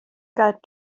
got